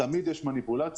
תמיד יש מניפולציות,